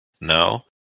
No